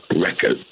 record